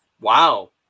Wow